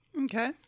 Okay